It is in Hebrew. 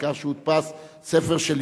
העיקר שהודפס ספר של,